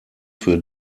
für